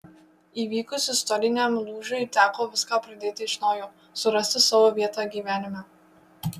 įvykus istoriniam lūžiui teko viską pradėti iš naujo surasti savo vietą gyvenime